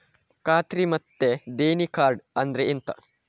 ಖಾತ್ರಿ ಮತ್ತೆ ದೇಣಿ ಕಾರ್ಡ್ ಅಂದ್ರೆ ಎಂತ?